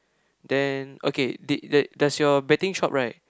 then okay did that does your betting shop right